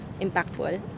impactful